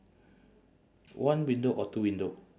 one window or two window